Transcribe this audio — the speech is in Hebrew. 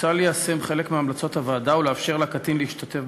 על קטין,